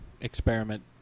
experiment